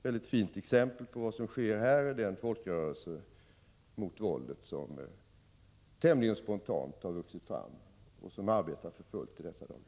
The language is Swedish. Ett fint exempel på vad som sker är den folkrörelse mot våldet som tämligen spontant har vuxit fram och som arbetar för fullt i dessa dagar.